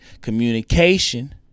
Communication